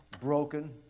broken